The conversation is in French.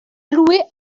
louer